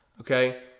Okay